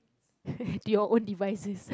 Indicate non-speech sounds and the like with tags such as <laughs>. <laughs> to your own devices